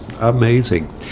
amazing